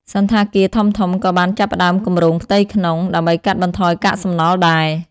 សណ្ឋាគារធំៗក៏បានចាប់ផ្តើមគម្រោងផ្ទៃក្នុង ដើម្បីកាត់បន្ថយកាកសំណល់ដែរ។